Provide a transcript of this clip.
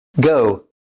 Go